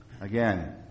Again